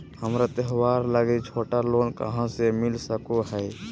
हमरा त्योहार लागि छोटा लोन कहाँ से मिल सको हइ?